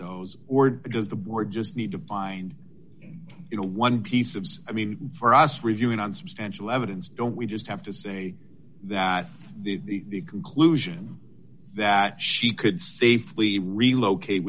those or does the board just need to find you know one piece of i mean reviewing on substantial evidence don't we just have to say that the conclusion that she could safely relocate